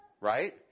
right